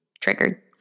triggered